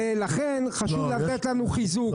לכן, חשוב לתת לנו חיזוק.